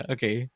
Okay